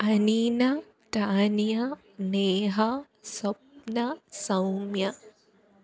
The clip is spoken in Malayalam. അനീന ടാനിയ നേഹ സ്വപ്ന സൗമ്യ